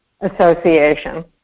Association